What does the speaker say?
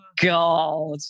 God